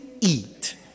eat